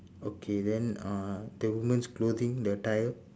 okay then uh the woman's clothing the type